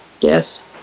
Yes